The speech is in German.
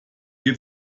geht